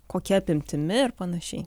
kokia apimtimi ir panašiai